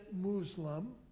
Muslim